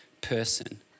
person